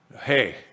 hey